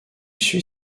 suit